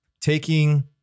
taking